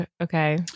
Okay